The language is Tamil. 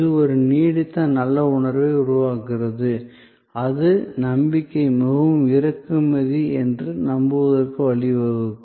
இது ஒரு நீடித்த நல்ல உணர்வை உருவாக்குகிறது அது நம்பிக்கை மிகவும் இறக்குமதி என்று நம்புவதற்கு வழிவகுக்கும்